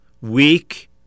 weak